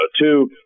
two